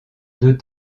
deux